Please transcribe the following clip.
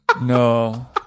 No